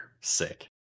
sick